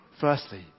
Firstly